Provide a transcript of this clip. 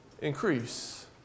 increase